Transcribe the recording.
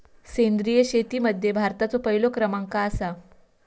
सेंद्रिय शेतीमध्ये भारताचो पहिलो क्रमांक आसा